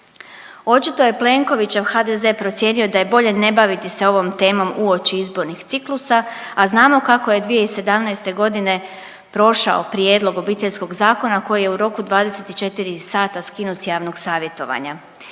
Očito je Plenkovićev HDZ procijenio da je bolje ne baviti se ovom temom uoči izbornih ciklusa, a znamo kako je 2017. godine prošao prijedlog Obiteljskog zakona koji je u roku 24 sata skinut sa javnog savjetovanja.